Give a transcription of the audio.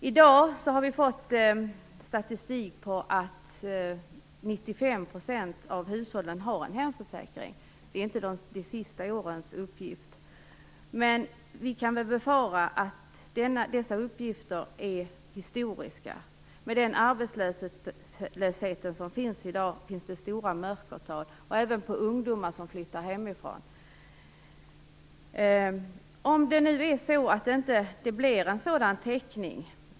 I dag har vi statistik som säger att 95 % av hushållen har en hemförsäkring, även om denna inte gäller de senaste åren. Vi kan befara att dessa uppgifter är historiska. Med dagens arbetslöshet finns det stora mörkertal, och det gäller även beträffande ungdomar som flyttar hemifrån. Hur går det i framtiden om det inte blir en sådan täckning?